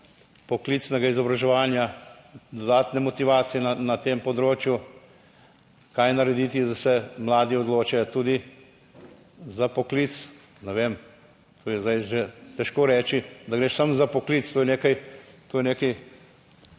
Poklicnega izobraževanja, dodatne motivacije na tem področju, kaj narediti, da se mladi odločajo tudi za poklic ne vem, to je zdaj že težko reči, da gre samo za poklic, to je nekaj.